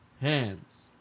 Hands